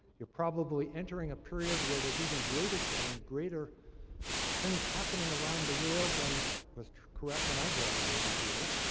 you're probably entering a period where there's even greater change, greater things happening around the world than was correct when i graduated here.